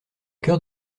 cœur